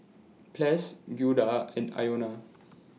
Ples Guido and Iona